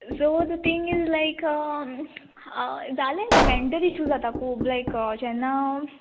so the thing is like जालें न्ही mental issue जाता खूब लायक जेन्ना